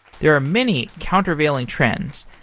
there are many countervailing trends.